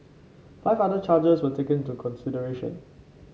five other charges were taken into consideration